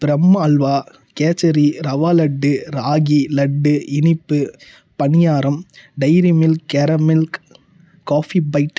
பிரம்ம அல்வா கேசரி ரவா லட்டு ராகி லட்டு இனிப்பு paniyaram Dairy Milk கேரம் மில்க் காஃபி பைட்